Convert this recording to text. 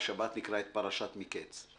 בשבת נקרא את פרשת מקץ.